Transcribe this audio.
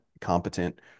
competent